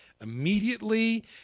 immediately